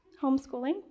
homeschooling